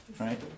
right